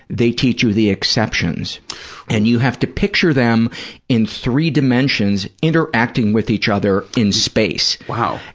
they teach you the exceptions and you have to picture them in three dimensions interacting with each other in space wow.